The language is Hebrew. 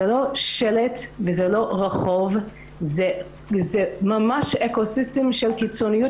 זה לא שלט וזה לא רחוב אלא זה ממש אקו-סיסטם של קיצוניות